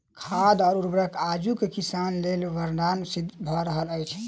खाद वा उर्वरक आजुक किसान लेल वरदान सिद्ध भ रहल अछि